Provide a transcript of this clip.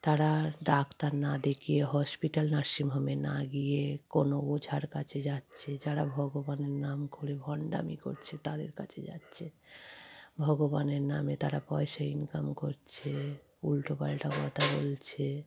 তারা ডাক্তার না দেখিয়ে হসপিটাল নার্সিংহোমে না গিয়ে কোনো ওঝার কাছে যাচ্ছে যারা ভগবানের নাম করে ভণ্ডামি করছে তাদের কাছে যাচ্ছে ভগবানের নামে তারা পয়সা ইনকাম করছে উলটো পালটা কথা বলছে